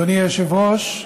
אדוני היושב-ראש,